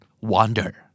wander